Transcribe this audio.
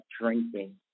drinking